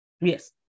Yes